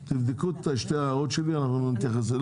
תבדקו את שתי ההערות שלי, נתייחס אליהם.